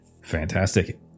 Fantastic